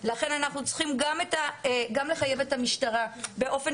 לכן אנחנו צריכים גם לחייב את המשטרה באופן